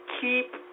keep